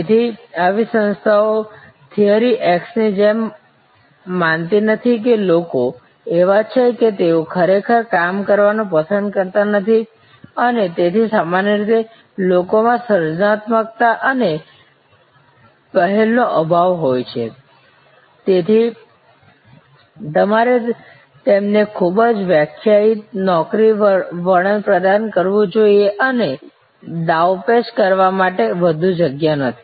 તેથી આવી સંસ્થાઓ થિયરી Xની જેમ માનતી નથી કે લોકો એવા છે કે તેઓ ખરેખર કામ કરવાનું પસંદ કરતા નથી અને તેથી સામાન્ય રીતે લોકોમાં સર્જનાત્મકતા અને પહેલનો અભાવ હોય છે તેથી તમારે તેમને ખૂબ જ વ્યાખ્યાયિત નોકરી વર્ણન પ્રદાન કરવું જોઈએ અને દાવપેચ કરવા માટે વધુ જગ્યા નથી